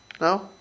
No